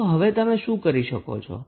તો હવે તમે શું કરી શકો છો